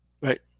Right